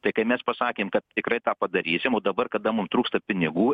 tai kai mes pasakėm kad tikrai tą padarysim o dabar kada mum trūksta pinigų